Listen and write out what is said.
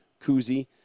koozie